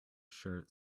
shirt